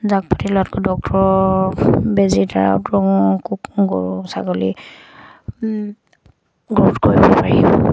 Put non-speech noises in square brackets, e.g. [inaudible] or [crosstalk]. জাক পাতিলত ডক্তৰ বেজী দ্বাৰা কুকুৰ গৰু ছাগলী [unintelligible] কৰিব পাৰি